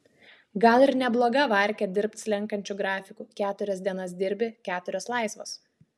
gal ir nebloga varkė dirbt slenkančiu grafiku keturias dienas dirbi keturios laisvos